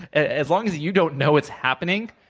as long as you don't know it's happening,